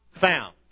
found